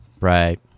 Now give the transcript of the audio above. Right